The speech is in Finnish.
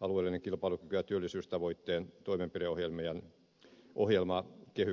alueellinen kilpailukyky ja työllisyystavoite toimenpideohjelmien ohjelmakehyksistä